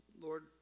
Lord